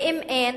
ואם אין,